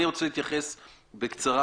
אני רוצה להתייחס בקצרה.